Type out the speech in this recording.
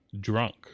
drunk